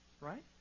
right